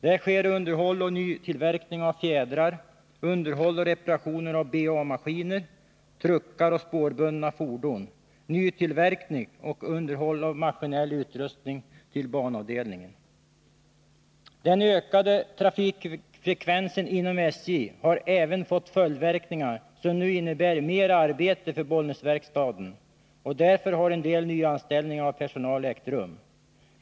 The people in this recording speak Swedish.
Där sker underhåll och nytillverkning av fjädrar, underhåll och reparationer av Ba-maskiner, truckar och spårbundna fordon, nytillverkning och underhåll av maskinell utrustning till banavdelningen. Den ökade trafikfrekvensen inom SJ har även fått följdverkningar som nu innebär mer arbete vid Bollnäsverkstaden, och därför har en del nyanställningar av personal ägt rum.